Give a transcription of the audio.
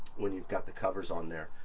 when you've got the covers on there.